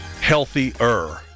healthier